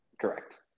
Correct